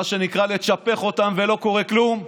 מה שנקרא, לצ'פח אותם, ולא קורה כלום.